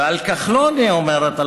ועל כחלון היא אומרת,